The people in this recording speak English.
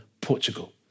Portugal